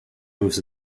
moves